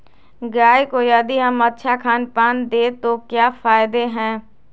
गाय को यदि हम अच्छा खानपान दें तो क्या फायदे हैं?